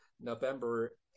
November